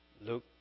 Luke